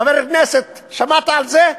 חבר הכנסת, שמעת על זה?